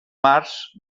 març